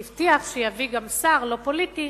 והבטיח גם שיביא שר לא פוליטי.